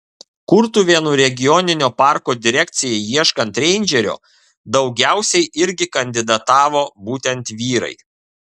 kurtuvėnų regioninio parko direkcijai ieškant reindžerio daugiausiai irgi kandidatavo būtent vyrai